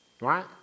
Right